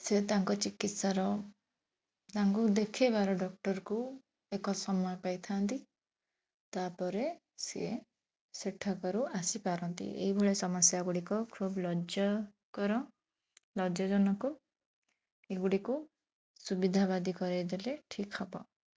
ସେ ତାଙ୍କ ଚିକିତ୍ସାର ତାଙ୍କୁ ଦେଖେଇବାର ଡକ୍ଟରକୁ ଏକ ସମୟ ପାଇଥାନ୍ତି ତା'ପରେ ସିଏ ସେଠାକାରୁ ଆସିପାରନ୍ତି ଏହିଭଳି ସମସ୍ୟା ଗୁଡ଼ିକ ଖୁବ ଲଜ୍ଜାକର ଲଜ୍ଜାଜନକ ଏଗୁଡ଼ିକ ସୁବିଧାବାଦୀ କରାଇଦେଲେ ଠିକ ହବ